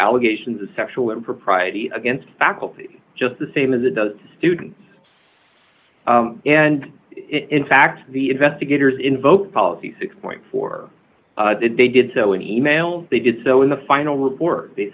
allegations of sexual impropriety against faculty just the same as it does students and in fact the investigators invoke policy six point four if they did so in email they did so in the final report th